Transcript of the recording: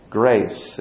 grace